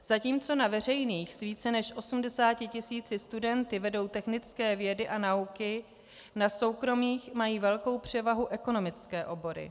Zatímco na veřejných s více než 80 tisíci studenty vedou technické vědy a nauky, na soukromých mají velkou převahu ekonomické obory.